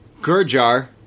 Gurjar